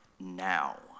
now